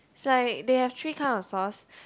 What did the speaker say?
is like they have three kind of sauce